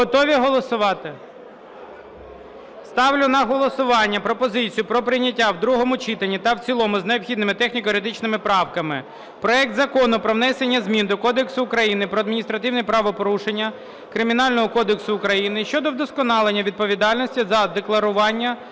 Готові голосувати? Ставлю на голосування пропозицію про прийняття в другому читанні та в цілому з необхідними техніко-юридичними правками проект Закону про внесення змін до Кодексу України про адміністративні правопорушення, Кримінального кодексу України щодо вдосконалення відповідальності за декларування